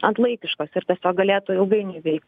antlaikiškos ir be to galėtų ilgainiui veikt